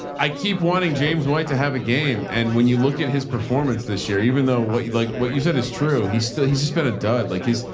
i keep wanting james white to have a game. and when you look at his performance this year, even though what you like, what you said is true, he's still, he's just been a dud like his,